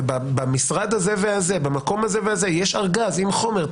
ובמשרד הזה והזה ובמקום הזה והזה יש ארגז עם חומר,